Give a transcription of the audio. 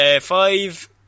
five